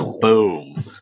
Boom